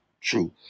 true